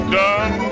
done